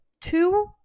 two